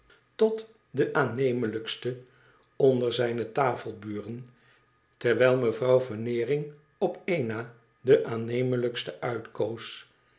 tot den aannemelijksten onder zijne tafelburen terwijl mevrouw veneering op één na den aannemelijksten uitkoos